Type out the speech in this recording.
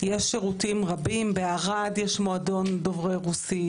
יש שירותים רבים: בערד יש מועדון דוברי רוסית,